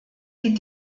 sie